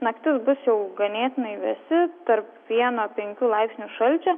naktis bus jau ganėtinai vėsi tarp vieno penkių laipsnių šalčio